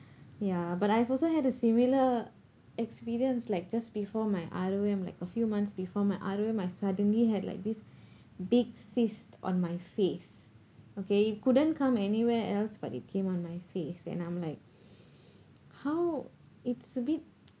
ya but I've also had a similar experience like just before my R_O_M like a few months before my R_O_M I suddenly had like this big cyst on my face okay it couldn't come anywhere else but it came on my face and I'm like how it's a bit